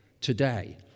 today